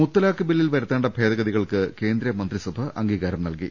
മുത്തലാഖ് ബില്ലിൽ വരുത്തേണ്ട ഭേദഗതികൾക്ക് കേന്ദ്ര മന്ത്രി സഭ അംഗീകാരം നൽകി